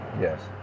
Yes